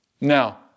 Now